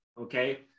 okay